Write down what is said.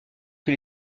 que